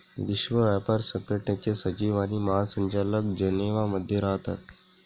विश्व व्यापार संघटनेचे सचिव आणि महासंचालक जनेवा मध्ये राहतात